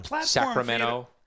Sacramento